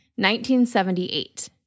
1978